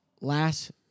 last